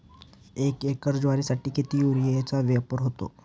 एक एकर ज्वारीसाठी किती युरियाचा वापर होतो?